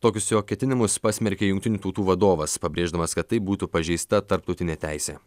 tokius jo ketinimus pasmerkė jungtinių tautų vadovas pabrėždamas kad taip būtų pažeista tarptautinė teisė